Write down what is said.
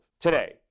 Today